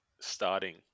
starting